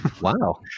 Wow